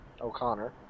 o'connor